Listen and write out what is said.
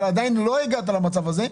אבל עדיין לא הגעת למצב הזה,